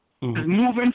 moving